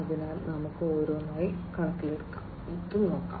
അതിനാൽ നമുക്ക് ഓരോന്നായി എടുക്കാം